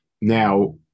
now